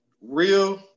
real